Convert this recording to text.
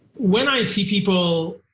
when i see people